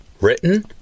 Written